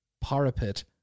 parapet